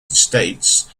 states